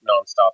nonstop